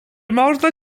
można